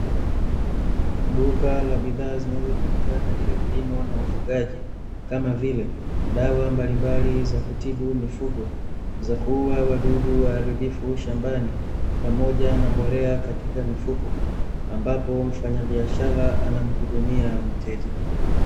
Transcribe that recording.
Duka la bidhaa zinazotumika katika kilimo na ufugaji, kama vile dawa mbalimbali za kutibu mifugo, za kuua wadudu waharibifu shambani, pamoja na mbolea katika mifuko, ambapo mfanya biashara anamuhudumia mteja.